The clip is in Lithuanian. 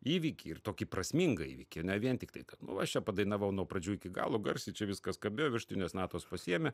įvykį ir tokį prasmingą įvykį ne vien tiktai nu va aš čia padainavau nuo pradžių iki galo garsiai čia viskas kabėjo viršutinės natos pasiėmė